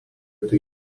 tai